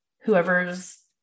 whoever's